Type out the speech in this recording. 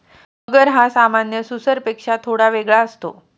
मगर हा सामान्य सुसरपेक्षा थोडा वेगळा असतो